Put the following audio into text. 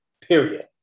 period